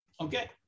Okay